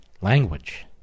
language